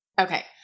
Okay